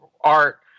art